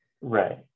Right